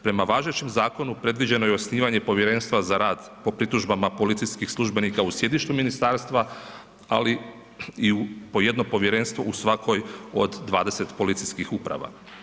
Prema važećem zakonu predviđeno je osnivanje povjerenstva za rad po pritužbama policijskih službenika u sjedištu ministarstva, ali u po jedno povjerenstvo u svakoj od 20 policijskih uprava.